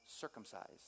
circumcised